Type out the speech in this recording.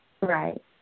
Right